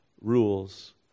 rules